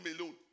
alone